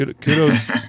kudos